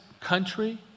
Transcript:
country